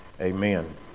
Amen